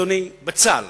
אדוני, בצה"ל